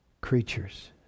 creatures